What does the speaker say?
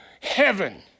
heaven